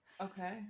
Okay